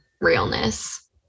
realness